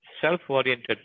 self-oriented